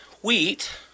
wheat